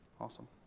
Awesome